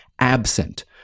absent